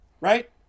right